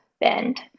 Bend